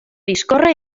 discorre